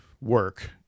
work